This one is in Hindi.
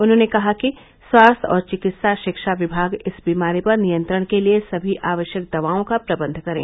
उन्होंने कहा कि स्वास्थ्य और चिकित्सा शिक्षा विभाग इस बीमारी पर नियंत्रण के लिये सभी आवश्यक दवाओं का प्रबंध करें